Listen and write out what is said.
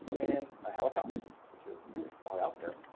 and ah helicopters, since we're really far out there.